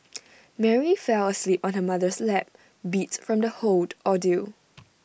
Mary fell asleep on her mother's lap beat from the whole ordeal